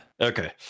Okay